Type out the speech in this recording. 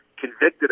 convicted